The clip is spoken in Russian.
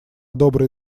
добрые